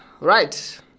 Right